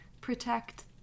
protect